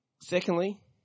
Secondly